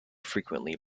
frequently